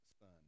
son